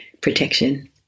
protection